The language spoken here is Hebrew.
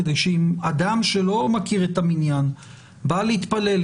שאם אדם שלא מכיר את המניין בא להתפלל,